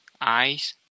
eyes